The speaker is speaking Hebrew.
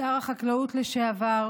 שר החקלאות לשעבר